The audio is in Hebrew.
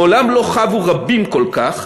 מעולם לא חבו רבים כל כך